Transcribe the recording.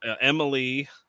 Emily